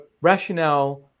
rationale